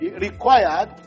required